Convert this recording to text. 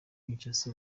kinshasa